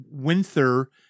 Winther